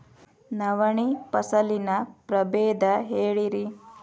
ನವಣಿ ಫಸಲಿನ ಪ್ರಭೇದ ಹೇಳಿರಿ